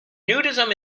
nudism